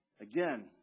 Again